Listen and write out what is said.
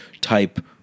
type